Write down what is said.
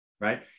Right